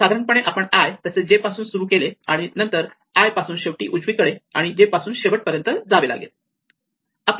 सर्वसाधारणपणे आपण i तसेच j पासून सुरू केले आणि नंतर i पासून शेवटी उजवीकडे आणि j पासून शेवटपर्यंत जावे लागेल